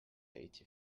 eighty